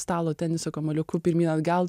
stalo teniso kamuoliuku pirmyn atgal